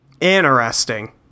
Interesting